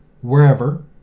wherever